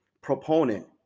proponent